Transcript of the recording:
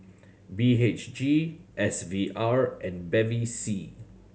B H G S V R and Bevy C